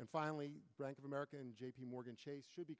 and finally bank of america j p morgan chase should be